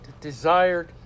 desired